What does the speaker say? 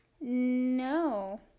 No